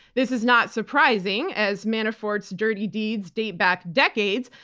this is not surprising, as manafort's dirty deeds date back decades.